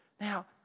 Now